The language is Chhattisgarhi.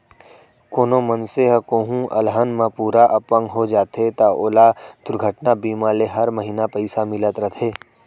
कोनों मनसे ह कोहूँ अलहन म पूरा अपंग हो जाथे त ओला दुरघटना बीमा ले हर महिना पइसा मिलत रथे